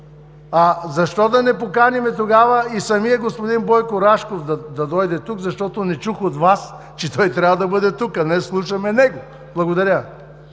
Защо да не поканим тогава и самия господин Бойко Рашков да дойде тук, защото не чух от Вас, че той трябва да бъде тук, а ние слушаме него? Благодаря.